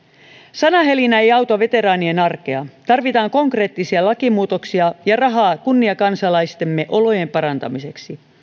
sanahelinä ei auta veteraanien arkea tarvitaan konkreettisia lakimuutoksia ja rahaa kunniakansalaistemme olojen parantamiseksi